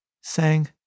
sang